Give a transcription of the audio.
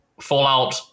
Fallout